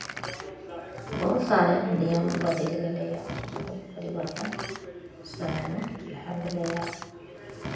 बहुत सारा नियम बदलि गेलैए बहुत परिवर्तन समयमे भए गेलैए